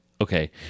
okay